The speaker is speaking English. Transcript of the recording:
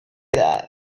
that